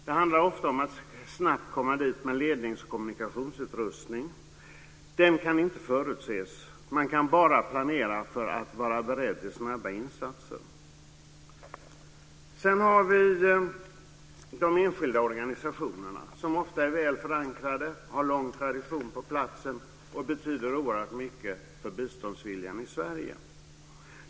Det handlar ofta om att snabbt komma fram med lednings och kommunikationsutrustning. Den kan inte förutses. Man kan bara planera för att vara beredd till snabba insatser. De enskilda organisationerna är ofta väl förankrade, har lång tradition på platsen och betyder oerhört mycket för biståndsviljan i Sverige.